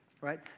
right